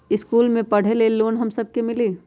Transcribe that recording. इश्कुल मे पढे ले लोन हम सब के मिली?